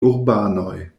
urbanoj